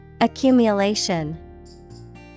Accumulation